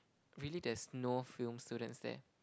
really there's no film students there